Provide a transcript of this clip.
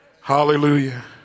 Hallelujah